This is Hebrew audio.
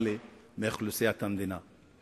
אינטגרלי של אוכלוסיית המדינה.